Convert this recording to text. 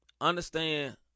understand